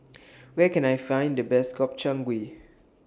Where Can I Find The Best Gobchang Gui